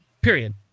period